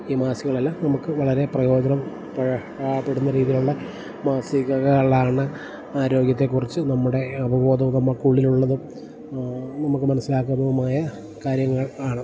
ഈ മാസികകളെല്ലാം നമുക്ക് വളരെ പ്രയോജനം പ പ്പെടുന്ന രീതിയിലുള്ള മാസികകളാണ് ആരോഗ്യത്തെക്കുറിച്ച് നമ്മുടെ ഉപബോധ നമുക്ക് ഉള്ളിലുള്ളതും നമുക്ക് മനസ്സിലാക്കുന്നതുമായ കാര്യങ്ങൾ ആണ്